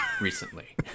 recently